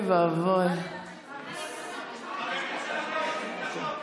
אני רוצה לוועדת חוקה.